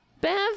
Bev